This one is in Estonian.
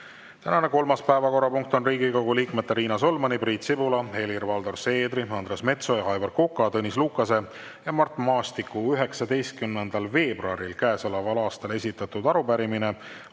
Tänane kolmas päevakorrapunkt on Riigikogu liikmete Riina Solmani, Priit Sibula, Helir-Valdor Seedri, Andres Metsoja, Aivar Koka, Tõnis Lukase ja Mart Maastiku 19. veebruaril käesoleval aastal esitatud arupärimine